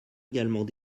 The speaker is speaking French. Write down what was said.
également